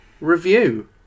review